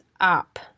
up